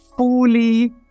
fully